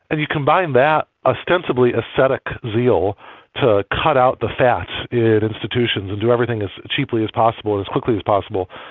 and you combine that ostensibly ascetic zeal to cut out the fat in institutions and do everything as cheaply as possible, as quickly as possible,